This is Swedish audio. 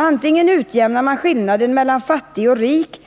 Antingen utjämnar man skillnaden mellan fattig och rik